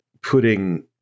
putting